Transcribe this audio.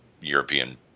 European